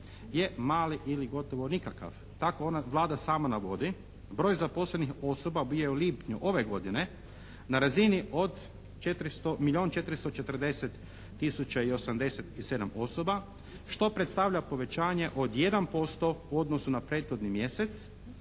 je mali ili gotovo nikakav, tako Vlada sama navodi. Broj zaposlenih osoba bio je u lipnju ove godine na razini od milijun 440 tisuća i 87 osoba, što predstavlja povećanje od 1% u odnosu na prethodni mjesec,